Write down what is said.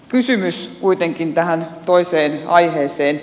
kysymys kuitenkin tähän toiseen aiheeseen